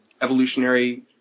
evolutionary